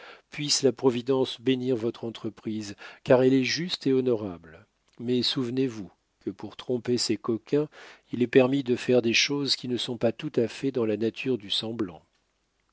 puisse la providence bénir votre entreprise car elle est juste et honorable mais souvenez-vous que pour tromper ces coquins il est permis de faire des choses qui ne sont pas tout à fait dans la nature du sang